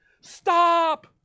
stop